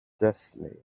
destiny